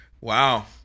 Wow